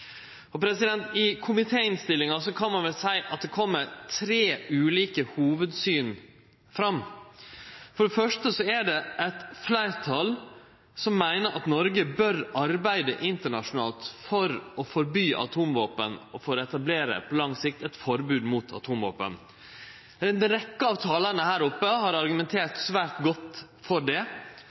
I komitéinnstillinga kan ein vel seie at det kjem tre ulike hovudsyn fram. For det første er det eit fleirtal som meiner at Noreg bør arbeide internasjonalt for å forby atomvåpen, og for på lang sikt å etablere eit forbod mot atomvåpen. Ei rekkje av talarane her oppe har argumentert svært godt for det